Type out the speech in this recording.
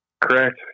Correct